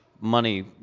money